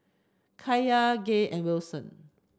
Kaiya Gay and Wilson